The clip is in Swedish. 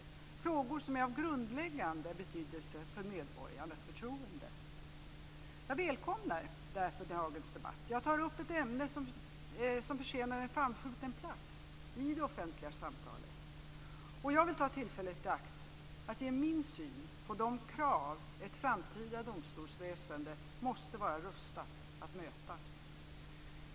Det är frågor som är av grundläggande betydelse för medborgarnas förtroende. Jag välkomnar därför dagens debatt. Det är ett ämne som förtjänar en framskjuten plats i det offentliga samtalet. Jag vill ta tillfället i akt att ge min syn på de krav ett framtida domstolsväsende måste vara rustat att möta.